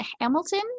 hamilton